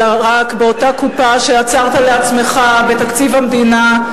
אלא רק באותה קופה שיצרת לעצמך בתקציב המדינה,